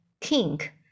kink